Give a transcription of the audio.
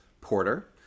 porter